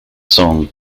song